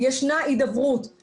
מי נתן את ההוראה לסגור אותם?